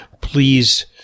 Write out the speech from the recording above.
please